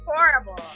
horrible